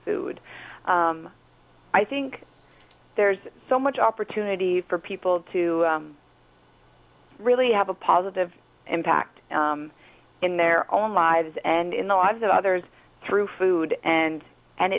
food i think there's so much opportunity for people to really have a positive impact in their own lives and in the lives of others through food and and